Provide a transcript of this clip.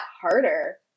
harder